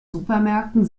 supermärkten